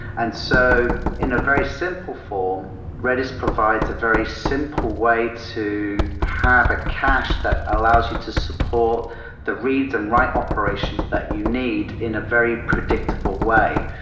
and so in a very simple form, redis provides a very simple way to have a cache that allows you to support the reads and write operations that you need in a very predictable way.